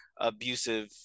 abusive